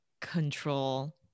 control